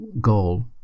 goal